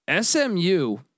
SMU